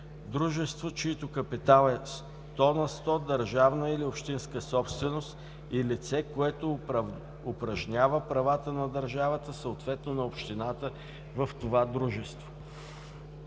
дружество, чийто капитал е 100 на сто държавна или общинска собственост, и лице, което упражнява правата на държавата, съответно на общината, в това дружество.